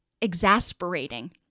exasperating